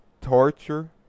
torture